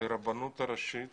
לרבנות הראשית